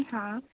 હા